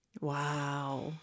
Wow